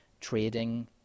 trading